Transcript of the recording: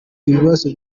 ibibazo